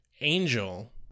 Angel